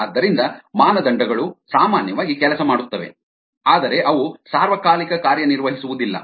ಆದ್ದರಿಂದ ಮಾನದಂಡಗಳು ಸಾಮಾನ್ಯವಾಗಿ ಕೆಲಸ ಮಾಡುತ್ತವೆ ಆದರೆ ಅವು ಸಾರ್ವಕಾಲಿಕ ಕಾರ್ಯನಿರ್ವಹಿಸುವುದಿಲ್ಲ